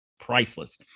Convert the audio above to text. Priceless